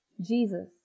Jesus